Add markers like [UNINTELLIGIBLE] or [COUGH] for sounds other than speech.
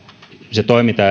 se toiminta [UNINTELLIGIBLE]